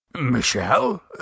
Michelle